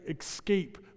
escape